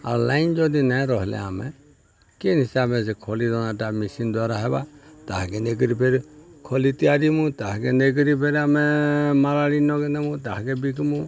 ଆଉ ଲାଇନ୍ ଯଦି ନାଇଁ ରହେଲେ ଆମେ କେନ୍ ହିସାବେ ସେ ଖୋଲି ଦନାଟା ମେସିନ୍ ଦ୍ଵାରା ହେବା ତାହାକେ ନେଇକରି ଫେର୍ ଖୋଲି ତିଆରିମୁ ତାହାକେ ନେଇକରି ଫେର୍ ଆମେ ମାରଳି ନକେ ନେମୁ ତାହାକେ ବିକ୍ମୁ